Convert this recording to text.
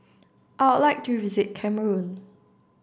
I would like to visit Cameroon